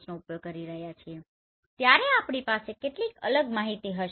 નો ઉપયોગ કરી રહ્યા છીએ ત્યારે આપણી પાસે કેટલીક અલગ માહિતી હોય છે